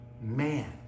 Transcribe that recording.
man